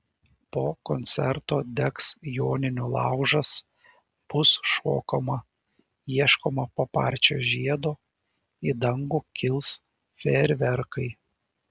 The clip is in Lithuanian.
po koncerto degs joninių laužas bus šokama ieškoma paparčio žiedo į dangų kils fejerverkai